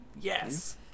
Yes